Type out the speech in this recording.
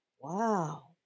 Wow